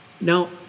Now